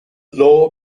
law